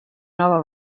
nova